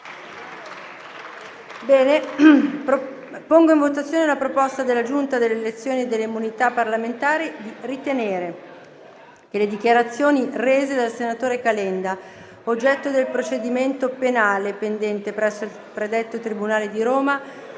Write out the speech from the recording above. scrutinio simultaneo della proposta della Giunta delle elezioni e delle immunità parlamentari di ritenere che le dichiarazioni rese dal senatore Carlo Calenda, oggetto del procedimento penale pendente presso il Tribunale di Roma,